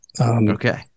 okay